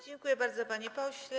Dziękuję bardzo, panie pośle.